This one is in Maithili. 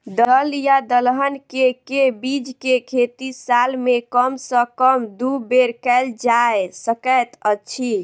दल या दलहन केँ के बीज केँ खेती साल मे कम सँ कम दु बेर कैल जाय सकैत अछि?